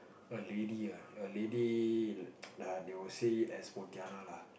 a lady ah a lady they would say it as Pontianak lah